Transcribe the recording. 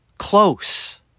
Close